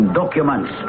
documents